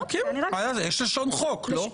יש לשון חוק, לא?